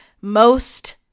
most-